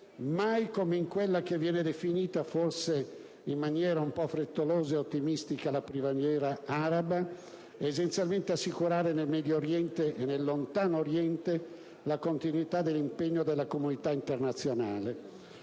mai come in quella che viene definita, forse in maniera un po' frettolosa ed ottimistica, la primavera araba bisogna essenzialmente assicurare nel Medio Oriente e nel lontano Oriente la continuità dell'impegno della comunità internazionale,